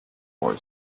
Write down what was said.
boy